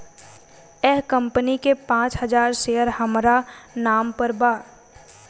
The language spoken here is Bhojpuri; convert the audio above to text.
एह कंपनी के पांच हजार शेयर हामरा नाम पर बा